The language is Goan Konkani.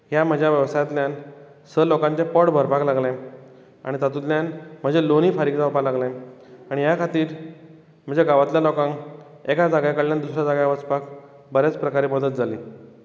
ह्या म्हज्या वेवसायांतल्यान स लोकांचे पोट भरपाक लागलें आनी तातुंल्यान म्हजे लॉनय फारीक जावपाक लागलें आनी ह्या खातीर म्हज्या गांवातल्या लोकांक एका जाग्या कडल्यान दुसऱ्या जाग्यार वचपाक बरेच प्रकारे मदत जाली